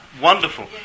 wonderful